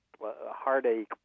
heartache